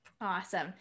Awesome